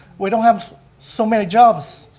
we don't have so many jobs.